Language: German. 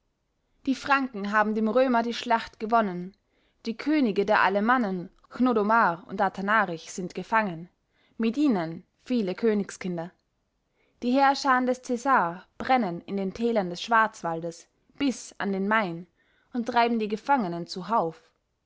die franken haben dem römer die schlacht gewonnen die könige der alemannen hnodomar und athanarich sind gefangen mit ihnen viele königskinder die heerscharen des cäsar brennen in den tälern des schwarzwaldes bis an den main und treiben die gefangenen zu